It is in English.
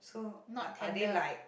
not tender